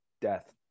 death